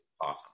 awesome